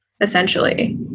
essentially